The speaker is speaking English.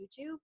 YouTube